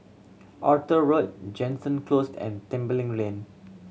Arthur Road Jansen Close and Tembeling Lane